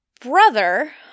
brother